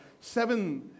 seven